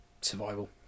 Survival